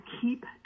keep